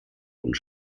und